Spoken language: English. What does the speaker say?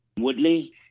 Woodley